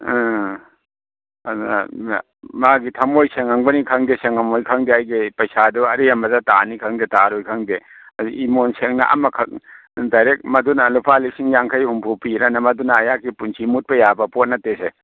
ꯑꯥ ꯑꯗꯨꯅ ꯑꯗꯨꯅ ꯃꯥꯒꯤ ꯊꯝꯃꯣꯏ ꯁꯦꯡꯉꯝꯒꯅꯤ ꯈꯪꯗꯦ ꯁꯦꯡꯉꯝꯃꯣꯏ ꯈꯪꯗꯦ ꯑꯩꯒꯤ ꯄꯩꯁꯥꯗꯨ ꯑꯔꯦꯝꯕꯗ ꯇꯥꯅꯤ ꯈꯪꯗꯦ ꯇꯥꯔꯣꯏ ꯈꯪꯗꯦ ꯑꯗꯨ ꯏꯃꯣꯟ ꯁꯦꯡꯅ ꯑꯃꯈꯛ ꯗꯥꯏꯔꯦꯛ ꯃꯗꯨꯅ ꯂꯨꯄꯥ ꯂꯤꯁꯤꯡ ꯌꯥꯡꯈꯩ ꯍꯨꯝꯐꯨ ꯄꯤꯔꯅ ꯃꯗꯨꯅ ꯑꯩꯍꯥꯛꯀꯤ ꯄꯨꯟꯁꯤ ꯃꯨꯠꯄ ꯌꯥꯕ ꯄꯣꯠ ꯅꯠꯇꯦꯁꯦ